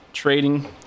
Trading